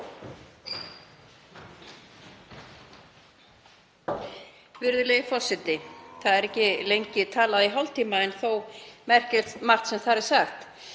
Virðulegi forseti. Það er ekki lengi talað í hálftíma en þó merkilegt margt sem þar er sagt.